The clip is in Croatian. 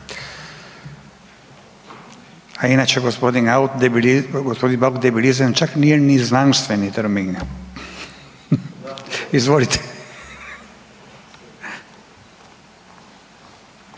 A inače gospodin Bauk, debilizam čak nije ni znanstveni termin. Izvolite.